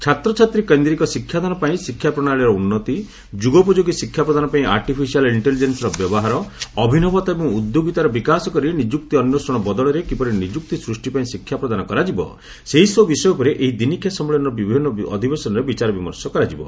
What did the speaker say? ଛାତ୍ରଛାତ୍ରୀକେନ୍ଦିକ ଶିକ୍ଷାଦାନପାଇଁ ଶିକ୍ଷା ପ୍ରଶାଳୀର ଉନ୍ନତି ଯୁଗୋପଯୋଗୀ ଶିକ୍ଷା ପ୍ରଦାନପାଇଁ ଆର୍ଟିଫିସିଆଲ୍ ଇକ୍ଷେଲିଜେନ୍ସ୍ର ବ୍ୟବହାର ଅଭିନବତା ଏବଂ ଉଣେଦ୍ୟାଗିତାର ବିକାଶ କରି ନିଯୁକ୍ତି ଅନ୍ୱେଷଣ ବଦଳରେ କିପରି ନିଯୁକ୍ତି ସୃଷ୍ଟିପାଇଁ ଶିକ୍ଷା ପ୍ରଦାନ କରାଯିବ ସେହିସବୁ ବିଷୟ ଉପରେ ଏହି ଦିନିକିଆ ସମ୍ମିଳନୀର ବିଭିନ୍ନ ଅଧିବେଶନରେ ବିଚାର ବିମର୍ଷ କରାଯିବ